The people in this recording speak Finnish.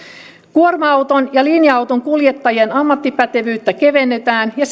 kuorma auton ja linja auton kuljettajien ammattipätevyyttä kevennetään ja